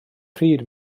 pryd